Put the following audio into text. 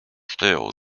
still